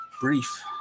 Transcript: brief